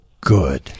good